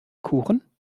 kuchen